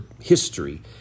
history